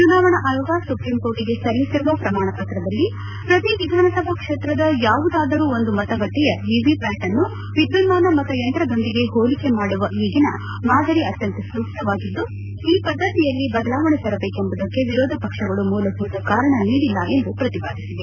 ಚುನಾವಣಾ ಆಯೋಗ ಸುಪ್ರೀಂ ಕೋರ್ಟ್ಗೆ ಸಲ್ಲಿಸಿರುವ ಪ್ರಮಾಣಪತ್ರದಲ್ಲಿ ಪ್ರತಿ ವಿಧಾನಸಭಾ ಕ್ಷೇತ್ರದ ಯಾವುದಾದರೂ ಒಂದು ಮತಗಟ್ಟೆಯ ವಿವಿಪ್ಕಾಟ್ ಅನ್ನು ವಿದ್ಯುನ್ಮಾನ ಮತಯಂತ್ರದೊಂದಿಗೆ ಹೋಲಿಕೆ ಮಾಡುವ ಈಗಿನ ಮಾದರಿ ಅತ್ತಂತ ಸೂಕ್ತವಾಗಿದ್ದು ಈ ಪದ್ದತಿಯಲ್ಲಿ ಬದಲಾವಣೆ ತರಬೇಕೆಂಬುದಕ್ಕೆ ವಿರೋಧ ಪಕ್ಷಗಳು ಮೂಲಭೂತ ಕಾರಣ ನೀಡಿಲ್ಲ ಎಂದು ಪ್ರತಿಪಾದಿಸಿದೆ